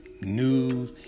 news